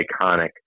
iconic